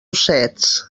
ossets